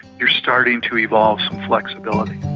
you are starting to evolve some flexibility.